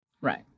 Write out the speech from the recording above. Right